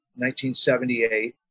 1978